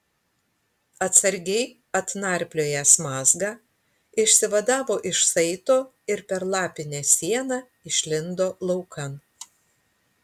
atsargiai atnarpliojęs mazgą išsivadavo iš saito ir per lapinę sieną išlindo laukan